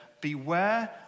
beware